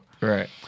Right